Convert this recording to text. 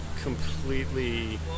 completely